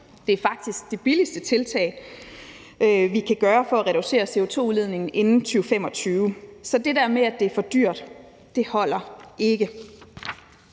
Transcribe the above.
Det er faktisk det billigste tiltag, vi kan gøre for at reducere CO2-udledningen inden 2025. Så det der med, at det er for dyrt, holder ikke.